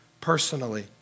personally